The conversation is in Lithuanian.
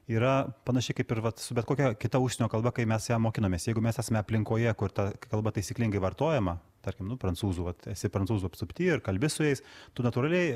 yra panašiai kaip ir vat su bet kokia kita užsienio kalba kai mes ją mokinamės jeigu mes esme aplinkoje kur ta kalba taisyklingai vartojama tarkim nu prancūzų va esi prancūzų apsupty ir kalbi su jais tu natūraliai